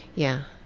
yeah.